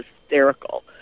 Hysterical